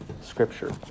Scripture